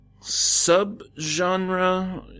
sub-genre